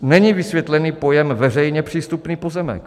Není vysvětlený pojem veřejně přístupný pozemek.